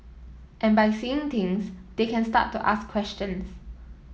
and by seeing things they can start to ask questions